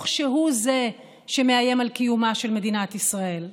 שהוא זה שמאיים על קיומה של מדינת ישראל.